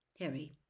Harry